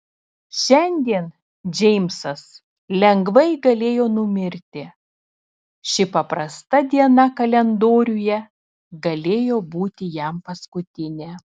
šiandien džeimsas lengvai galėjo numirti ši paprasta diena kalendoriuje galėjo būti jam paskutinė